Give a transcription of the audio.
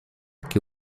que